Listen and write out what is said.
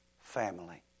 family